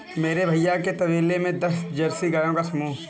मेरे भैया के तबेले में दस जर्सी गायों का समूह हैं